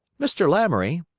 mr. lamoury,